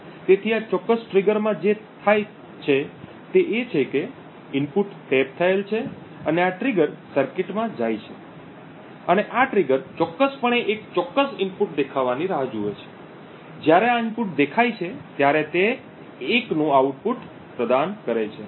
તેથી આ ચોક્કસ ટ્રિગરમાં જે થાય છે તે છે કે ઇનપુટ ટેપ થયેલ છે અને આ ટ્રિગર સર્કિટમાં જાય છે અને આ ટ્રિગર ચોક્કસપણે એક ચોક્કસ ઇનપુટ દેખાવાની રાહ જુએ છે જ્યારે આ ઇનપુટ દેખાય છે ત્યારે તે 1 નું આઉટપુટ પ્રદાન કરે છે